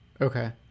Okay